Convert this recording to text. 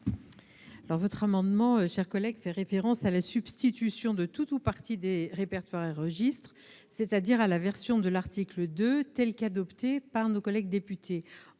votre amendement fait référence à la substitution de tout ou partie des répertoires et registres, c'est-à-dire à la version de l'article 2 tel qu'adopté par nos collègues députés.